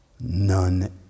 None